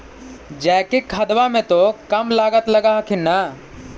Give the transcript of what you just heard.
जैकिक खदबा मे तो कम लागत लग हखिन न?